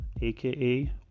aka